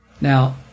Now